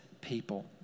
people